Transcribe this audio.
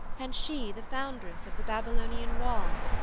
and she the foundress of the babylonian wall,